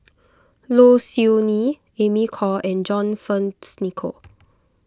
Low Siew Nghee Amy Khor and John Fearns Nicoll